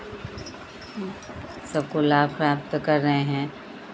सबको लाभ प्राप्त कर रहे हैं